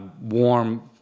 warm